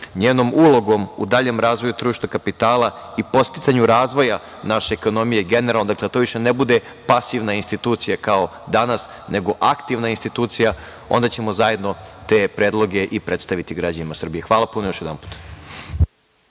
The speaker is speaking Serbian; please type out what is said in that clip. njenom ulogom u daljem razvoju tržišta kapitala i podsticanju razvoja naše ekonomije generalno. Dakle, da to više ne bude pasivna institucija kao danas, nego aktivna institucija. Onda ćemo zajedno te predloge i predstaviti građanima Srbije. Hvala. **Vladimir